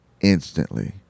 instantly